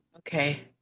Okay